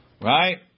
Right